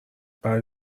بعد